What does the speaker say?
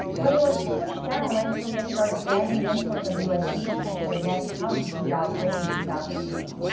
but it was pushed down when korea started banning imports of u s. beef due to the mad cow disease outbreak in two thousand and three.